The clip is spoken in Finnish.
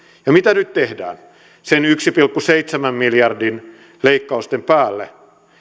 ja mitä nyt tehdään niiden yhden pilkku seitsemän miljardin leikkausten päälle